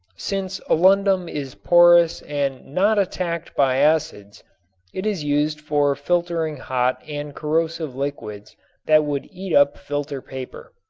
since alundum is porous and not attacked by acids it is used for filtering hot and corrosive liquids that would eat up filter-paper.